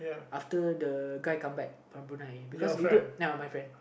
after the the guy come back from Brunei because legal ya my friend